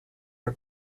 are